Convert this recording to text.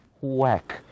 whack